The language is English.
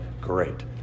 great